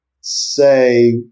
say